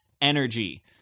energy